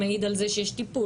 זה מעיד על זה שיש טיפול.